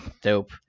Dope